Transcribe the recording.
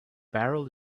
barrel